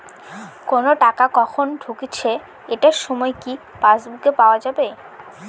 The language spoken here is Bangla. কোনো টাকা কখন ঢুকেছে এটার সময় কি পাসবুকে পাওয়া যাবে?